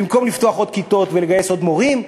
במקום לפתוח עוד כיתות ולגייס עוד מורים,